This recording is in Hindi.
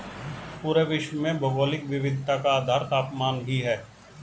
पूरे विश्व में भौगोलिक विविधता का आधार तापमान ही है